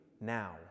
now